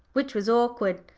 which was awkward,